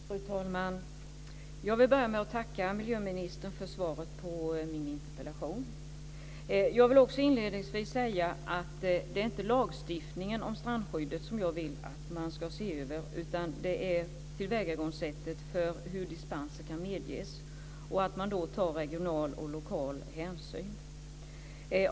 Fru talman! Jag vill börja med att tacka miljöministern för svaret på min interpellation. Jag vill också inledningsvis säga att det inte är lagstiftningen om strandskyddet som jag vill att man ska se över, utan det är tillvägagångssättet för hur dispenser kan medges, och att man då tar regional och lokal hänsyn.